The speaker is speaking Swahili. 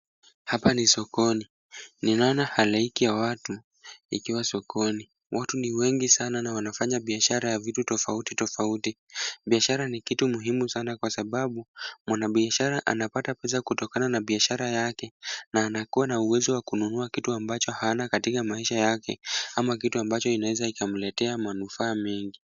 Hapa ni sokoni. Ninaona halaiki ya watu ikiwa sokoni. Watu ni wengi sana na wanafanya biashara ya vitu tofauti tofauti. Biashara ni kitu muhimu sana kwa sababu mwanabiashara anapata pesa kutokana na biashara yake na anakuwa na uwezo wa kununua kitu ambacho hana katika maisha yake ama kitu ambacho inaeza ikamletea manufaa mengi.